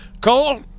Cole